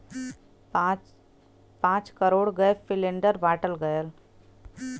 पाँच crore gas cylinder बाँटल गएल